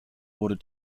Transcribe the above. wurde